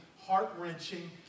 heart-wrenching